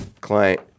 client